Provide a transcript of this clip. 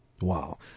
wow